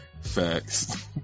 Facts